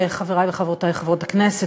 חברי וחברותי חברות הכנסת,